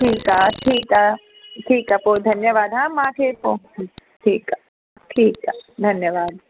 ठीकु आहे ठीकु आहे ठीकु आहे पोइ धन्यवाद हा मां थिए पोइ ठीकु आहे ठीकु आहे धन्यवाद